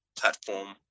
Platform